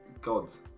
gods